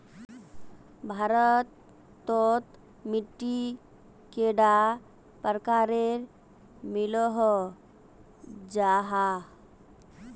भारत तोत मिट्टी कैडा प्रकारेर मिलोहो जाहा?